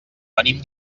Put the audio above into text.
venim